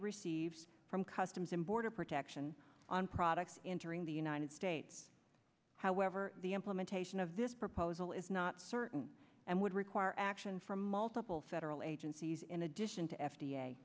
receives from customs and border protection on products interim the united states however the implementation of this proposal is not certain and would require action from multiple federal agencies in addition to f